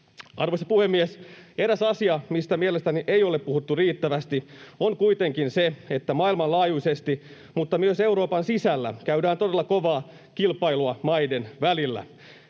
Arvoisa puhemies! Eräs asia, mistä mielestäni ei ole puhuttu riittävästi, on kuitenkin se, että maailmanlaajuisesti, mutta myös Euroopan sisällä, käydään todella kovaa kilpailua maiden välillä.